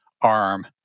arm